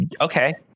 okay